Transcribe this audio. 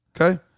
Okay